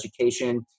education